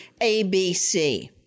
ABC